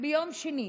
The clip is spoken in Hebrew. ביום שני.